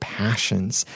passions